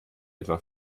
etwa